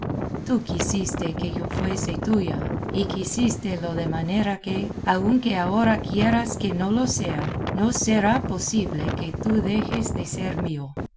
tú quisiste que yo fuese tuya y quisístelo de manera que aunque ahora quieras que no lo sea no será posible que tú dejes de ser mío